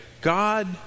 God